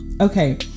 Okay